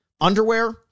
underwear